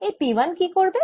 এই P 1 কি করবে